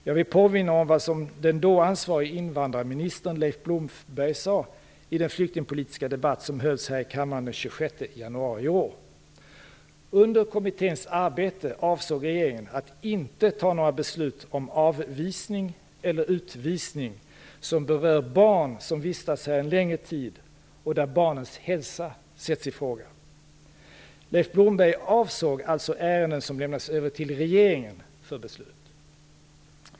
Jag vill påminna om vad den då ansvarige invandrarministern Leif Blomberg sade i den flyktingpolitiska debatt som hölls här i kammaren den 26 januari i år: "Medan den parlamentariska kommittén arbetar med sitt uppdrag avser regeringen att inte ta något beslut om avvisning där barn som kommit att vistas här en längre tid berörs och där barnens hälsa sätts i fråga." Leif Blomberg avsåg alltså ärenden som lämnas över till regeringen för beslut.